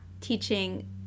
teaching